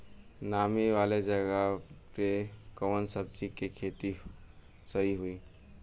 नामी वाले जगह पे कवन सब्जी के खेती सही होई?